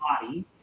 body